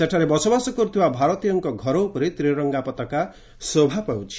ସେଠାରେ ବସବାସ କରୁଥିବା ଭାରତୀୟଙ୍କ ଘର ଉପରେ ତ୍ରିରଙ୍ଗା ପତାକା ଶୋଭାପାଉଛି